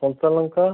କଞ୍ଚା ଲଙ୍କା